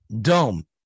Dome